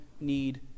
need